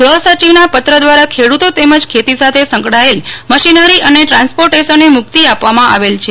ગૃહ સચિવના પત્ર દ્વારા ખેડૂતો તેમજ ખેતી સાથે સંકળાયેલ મશીનરી અને ટ્રાન્સપોર્ટેશનને મુકિત આપવામાં આવેલ છે